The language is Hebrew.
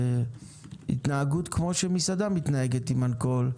התנהגות כפי שמסעדה מתנהגת עם אלכוהול,